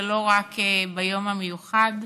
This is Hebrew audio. ולא רק ביום המיוחד.